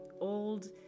old